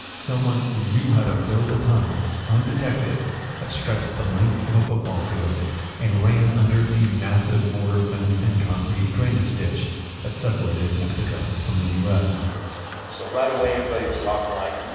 someone who knew how to build a tunnel undetected that stretched the length of a football field and ran under the massive border fence and concrete drainage ditch that separated mexico from the u s so right away, everybody was talking like,